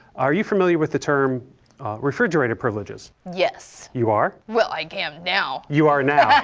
are you familiar with the term refrigerator privileges? yes. you are? well, i am now. you are now.